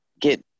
get